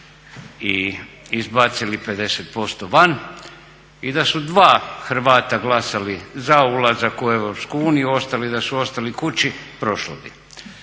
i izbacili 50% van. I da su dva Hrvata glasali za ulazak u EU ostali da su ostali kući prošlo bi.